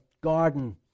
garden